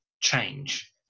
change